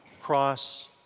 cross